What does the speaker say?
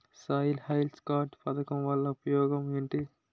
Soil health card పథకం వల్ల ఉపయోగం ఏంటి?